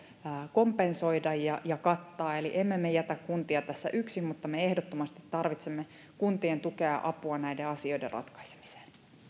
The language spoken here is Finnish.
kompensoida ja ja kattaa eli emme me jätä kuntia tässä yksin mutta me ehdottomasti tarvitsemme kuntien tukea ja apua näiden asioiden ratkaisemiseen